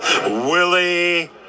Willie